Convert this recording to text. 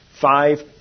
Five